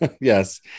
Yes